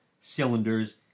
cylinders